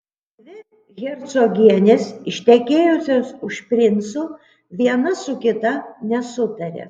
dvi hercogienės ištekėjusios už princų viena su kita nesutaria